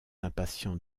impatients